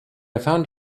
found